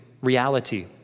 reality